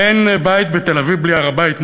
אין בית בתל-אביב בלי הר-הבית?